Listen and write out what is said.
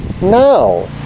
now